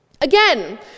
Again